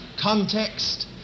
context